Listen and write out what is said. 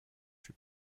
fut